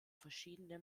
verschiedene